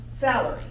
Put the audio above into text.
Salary